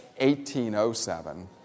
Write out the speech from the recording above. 1807